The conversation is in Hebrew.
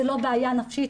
זו לא בעיה נפשית,